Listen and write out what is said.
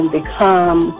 become